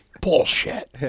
bullshit